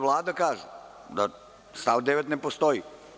Vlada kaže da stav 9. ne postoji.